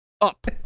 up